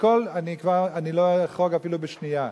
אני לא אחרוג אפילו בשנייה,